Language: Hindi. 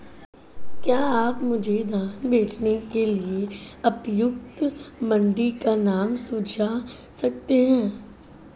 क्या आप मुझे धान बेचने के लिए उपयुक्त मंडी का नाम सूझा सकते हैं?